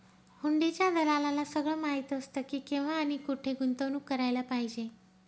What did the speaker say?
हुंडीच्या दलालाला सगळं माहीत असतं की, केव्हा आणि कुठे गुंतवणूक करायला पाहिजे